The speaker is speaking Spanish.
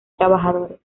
trabajadores